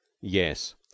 Yes